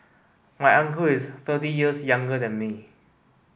my uncle is thirty years younger than me